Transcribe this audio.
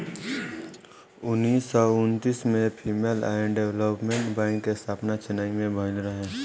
उन्नीस सौ उन्तीस में फीमेल एंड डेवलपमेंट बैंक के स्थापना चेन्नई में भईल रहे